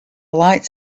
light